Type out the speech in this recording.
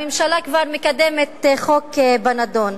הממשלה כבר מקדמת חוק בנדון.